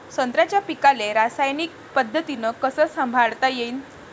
संत्र्याच्या पीकाले रासायनिक पद्धतीनं कस संभाळता येईन?